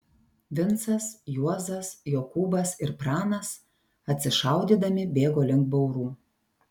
vincas juozas jokūbas ir pranas atsišaudydami bėgo link baurų